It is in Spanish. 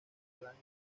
blanco